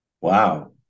Wow